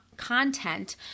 Content